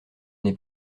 n’ai